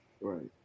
right